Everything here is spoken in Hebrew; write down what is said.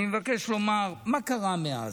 אני מבקש לומר מה קרה מאז.